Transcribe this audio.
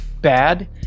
bad